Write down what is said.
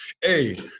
hey